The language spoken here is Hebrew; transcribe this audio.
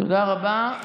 תודה רבה.